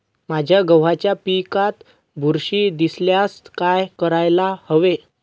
माझ्या गव्हाच्या पिकात बुरशी दिसल्यास काय करायला हवे?